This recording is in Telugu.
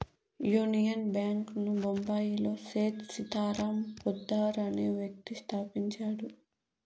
యూనియన్ బ్యాంక్ ను బొంబాయిలో సేథ్ సీతారాం పోద్దార్ అనే వ్యక్తి స్థాపించాడు